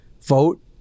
vote